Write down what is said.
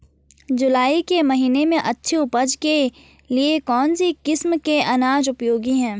जुलाई के महीने में अच्छी उपज के लिए कौन सी किस्म के अनाज उपयोगी हैं?